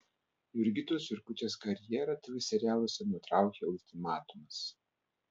jurgitos jurkutės karjerą tv serialuose nutraukė ultimatumas